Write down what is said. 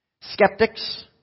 Skeptics